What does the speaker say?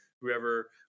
Whoever